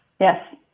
Yes